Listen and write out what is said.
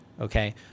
Okay